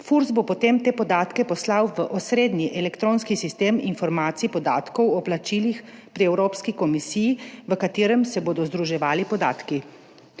Furs bo potem te podatke poslal v osrednji elektronski sistem informacij oziroma podatkov o plačilih pri Evropski komisiji, v katerem se bodo združevali podatki.